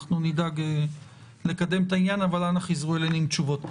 אנחנו נדאג לקדם את העניין אבל אנא חזרו אלינו עם תשובות.